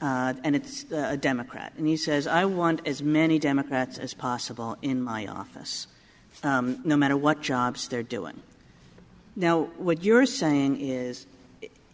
and it's a democrat and he says i want as many democrats as possible in my office no matter what jobs they're doing now what you're saying is